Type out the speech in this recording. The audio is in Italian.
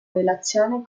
relazione